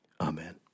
Amen